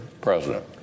president